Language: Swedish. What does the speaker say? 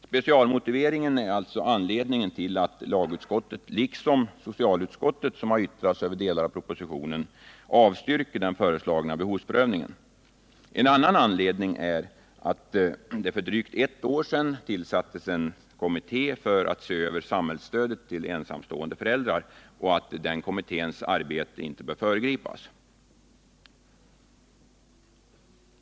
Specialmotiveringen är en anledning till att lagutskottet, liksom socialutskottet som har yttrat sig över delar av propositionen, avstyrker den föreslagna behovsprövningen. En annan anledning är att det för drygt ett år sedan tillsattes en kommitté för att se över samhällsstödet till ensamstående föräldrar och att den kommitténs arbete inte bör föregripas.